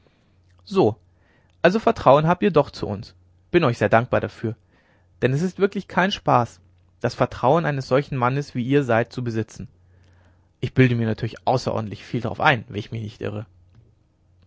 so also vertrauen habt ihr doch zu uns bin euch sehr dankbar dafür denn es ist wirklich kein spaß das vertrauen eines solchen mannes wie ihr seid zu besitzen ich bilde mir natürlich außerordentlich viel darauf ein wenn ich mich nicht irre